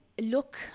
look